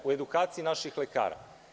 U edukaciji naših lekara?